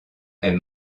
est